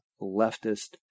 leftist